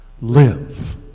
Live